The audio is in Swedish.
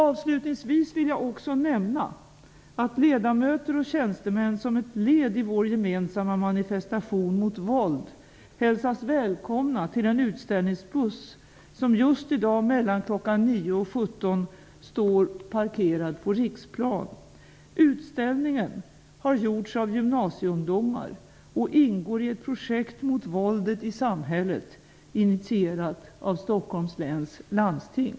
Avslutningsvis vill jag också nämna att ledamöter och tjänstemän som ett led i vår gemensamma manifestation mot våld hälsas välkomna till en utställningsbuss som just i dag mellan kl. 9 och 17 står parkerad på Riksplan. Utställningen har gjorts av gymnasieungdomar och ingår i ett projekt mot våldet i samhället, initierat av Stockholms läns landsting.